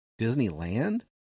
Disneyland